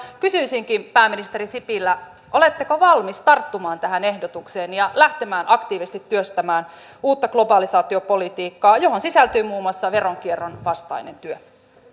kysyisinkin pääministeri sipilä oletteko valmis tarttumaan tähän ehdotukseen ja lähtemään aktiivisesti työstämään uutta globalisaatiopolitiikkaa johon sisältyy muun muassa veronkierron vastainen työ